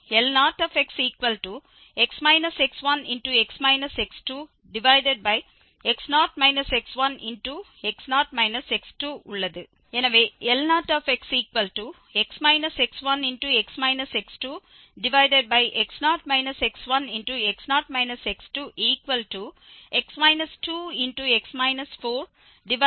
எனவே L0xx0 x1